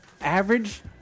average